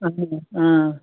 اَہن حظ